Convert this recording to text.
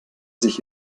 sich